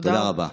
תודה רבה.